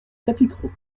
s’appliqueront